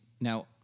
now